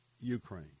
Ukraine